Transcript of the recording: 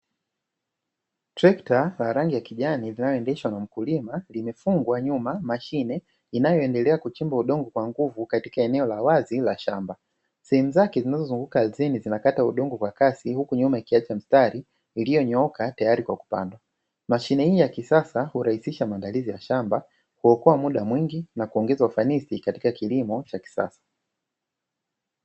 Trekta la rangi ya kijani linaloendeshwa na mkulima, limefungwa nyuma mashine inayoendelea kuchimba udongo kwa nguvu katika eneo la wazi la shamba. Sehemu zake zinazozunguka ardhini zinakata udongo kwa kasi, huku nyuma ikiacha mstari ilionyooka tayari kwa kupanda. Mashine hii ya kisasa hurahisisha maandalizi ya shamba, kuokoa muda mwingi na kuongeza ufanisi katika kilimo cha kisasa.